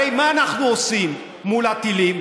הרי מה אנחנו עושים מול הטילים?